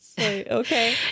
okay